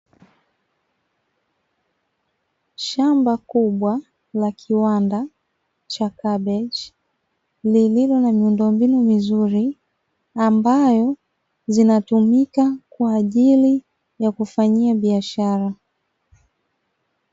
Shamba kubwa la kiwanda cha kabeji, lililo na miundombinu mizuri, ambayo zinatumika kwa ajili ya kufanyia biashara.